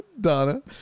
Donna